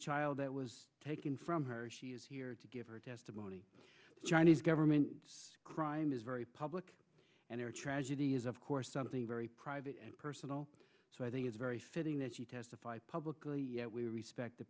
child that was taken from her she is here to give her testimony chinese government crime is very public and every tragedy is of course something very private and personal so i think it's very fitting that she testify publicly that we respect the